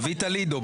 תביא את הלידו,